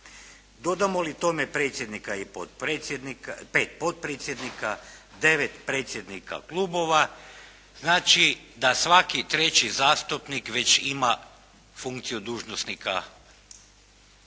ili 5 potpredsjednika, 9 predsjednika klubova, znači da svaki treći zastupnik već ima funkciju dužnosnika.